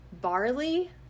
barley